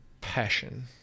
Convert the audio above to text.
passion